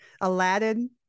Aladdin